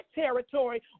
territory